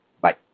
Bye